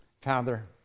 Father